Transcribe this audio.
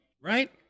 Right